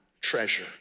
treasure